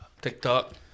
TikTok